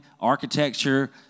architecture